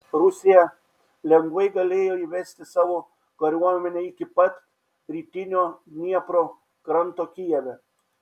rusija lengvai galėjo įvesti savo kariuomenę iki pat rytinio dniepro kranto kijeve